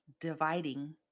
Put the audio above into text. dividing